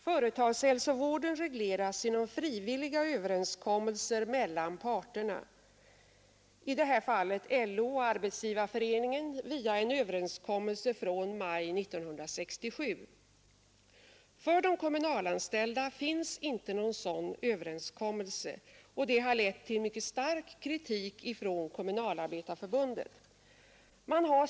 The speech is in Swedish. Företagshälsovården regleras genom frivilliga överenskommelser mellan parterna, i detta fall LO — SAF via en överenskommelse från maj 1967. För de kommunalanställda finns inte någon sådan överenskommelse, vilket har lett till stark kritik från Kommunalarbetareförbundet.